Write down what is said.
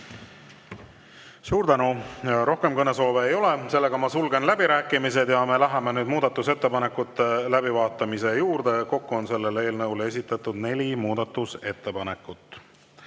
Suur tänu! Rohkem kõnesoove ei ole, sulgen läbirääkimised. Me läheme nüüd muudatusettepanekute läbivaatamise juurde. Kokku on selle eelnõu kohta esitatud neli muudatusettepanekut.